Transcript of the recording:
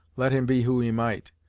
let him be who he might.